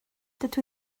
dydw